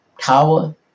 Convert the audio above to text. tower